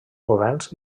governs